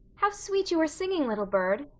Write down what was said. how sweet you are singing, little bird.